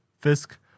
Fisk